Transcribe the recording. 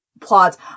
plots